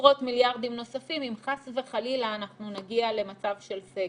עשרות מיליארדים נוספים אם חס וחלילה אנחנו נגיע למצב של סגר.